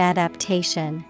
Adaptation